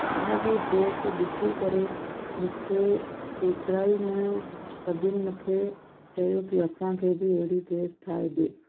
उन जी ड्रेस ॾिसी करे मूंखे केतिरा ई न सभिनि मूंखे चयो की असांखे बि अहिड़ी ड्रेस ठाहे ॾिए